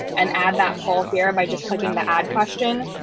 and add that poll here by just clicking the add question.